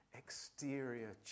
exterior